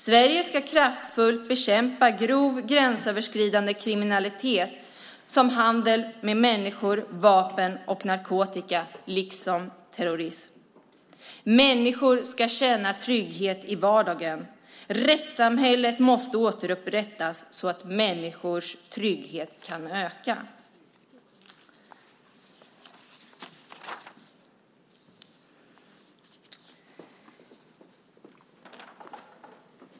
Sverige ska kraftfullt bekämpa grov gränsöverskridande kriminalitet, som handel med människor, vapen och narkotika, liksom terrorism. Människor ska känna trygghet i vardagen. Rättssamhället måste återupprättas så att människors trygghet kan öka.